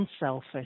unselfish